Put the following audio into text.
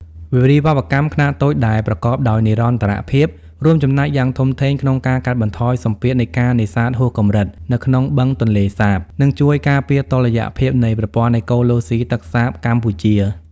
វារីវប្បកម្មខ្នាតតូចដែលប្រកបដោយនិរន្តរភាព រួមចំណែកយ៉ាងធំធេងក្នុងការកាត់បន្ថយសម្ពាធនៃការនេសាទហួសកម្រិតនៅក្នុងបឹងទន្លេសាប និងជួយការពារតុល្យភាពនៃប្រព័ន្ធអេកូឡូស៊ីទឹកសាបកម្ពុជា។